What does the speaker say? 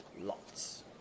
Lots